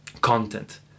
content